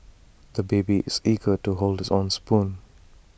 the baby is eager to hold his own spoon